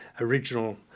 original